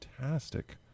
fantastic